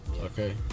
Okay